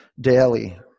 daily